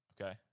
okay